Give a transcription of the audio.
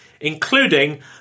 including